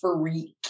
freak